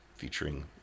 featuring